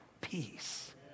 peace